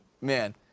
man